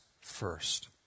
first